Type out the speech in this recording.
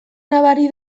nabari